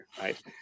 right